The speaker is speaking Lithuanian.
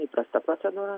įprasta procedūra